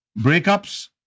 Breakups